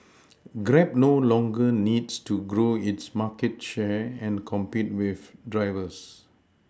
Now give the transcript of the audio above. grab no longer needs to grow its market share and compete for drivers